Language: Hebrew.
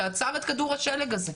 שעצר את כדור השלג הזה,